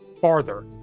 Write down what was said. farther